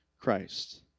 Christ